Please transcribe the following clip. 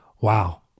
Wow